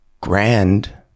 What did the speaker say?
grand